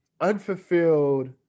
unfulfilled